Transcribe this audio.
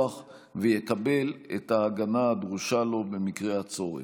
ויקבל את ההגנה הדרושה לו במקרה הצורך.